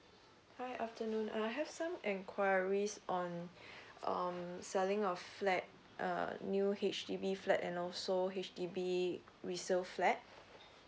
hi afternoon I have some enquiries on um selling our flat uh new H_D_B flat and also H_D_B resale flat